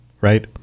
right